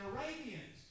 Arabians